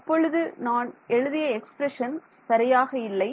அப்பொழுது நான் எழுதிய எக்ஸ்பிரஷன் சரியாக இல்லை